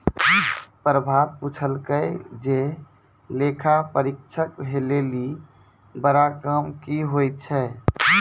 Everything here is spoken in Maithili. प्रभात पुछलकै जे लेखा परीक्षक लेली बड़ा काम कि होय छै?